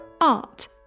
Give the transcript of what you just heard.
art